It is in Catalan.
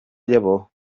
llavor